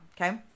okay